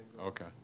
Okay